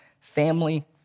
family